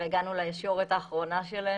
והגענו לישורת האחרונה שלהם.